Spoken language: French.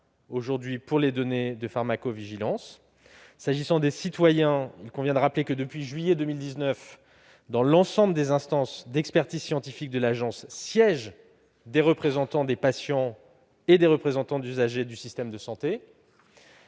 aujourd'hui pour les données de pharmacovigilance. En outre, il convient de rappeler que, depuis le mois de juillet 2019, dans l'ensemble des instances d'expertise scientifique de l'Agence siègent des représentants des patients et des représentants d'usagers du système de santé.